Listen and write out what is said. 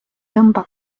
tõmba